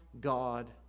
God